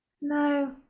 No